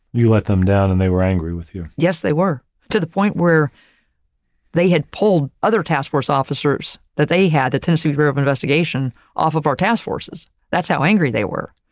you let them down and they were angry with you? yes, they were to the point where they had pulled other task force officers that they had the tennessee bureau of investigation off of our task forces. that's how angry they were.